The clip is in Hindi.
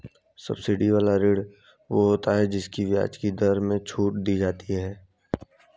सब्सिडी वाला ऋण वो होता है जिसकी ब्याज की दर में छूट दी जाती है